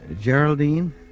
Geraldine